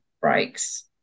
breaks